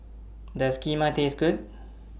Does Kheema Taste Good